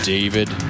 David